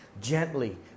Gently